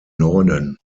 norden